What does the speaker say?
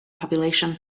population